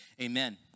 Amen